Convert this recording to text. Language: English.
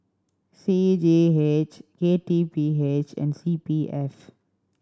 C G H K T P H and C P F